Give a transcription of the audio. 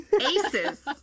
Aces